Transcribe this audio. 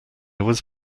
was